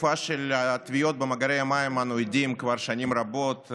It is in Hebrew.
לתופעה של הטביעות במאגרי המים אני עדים כבר שנים רבות,